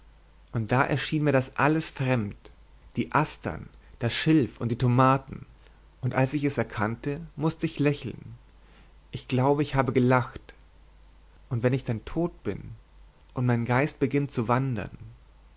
und da erschien mir das alles fremd die astern das schilf und die tomaten und als ich es erkannte mußte ich lächeln ich glaube ich habe gelacht und wenn ich dann tot bin und mein geist beginnt zu wandern